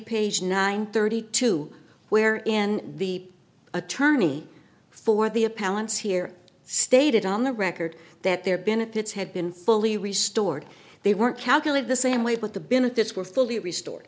page nine thirty two where in the attorney for the appellants here stated on the record that their benefits had been fully restored they weren't calculate the same way but the been if this were fully restore